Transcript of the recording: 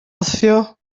wthio